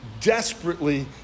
desperately